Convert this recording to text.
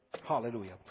Hallelujah